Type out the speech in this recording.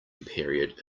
period